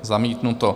Zamítnuto.